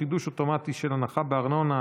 חידוש אוטומטי של הנחה בארנונה),